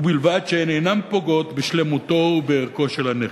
ובלבד שהן אינן פוגעות בשלמותו ובערכו של הנכס.